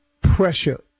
pressure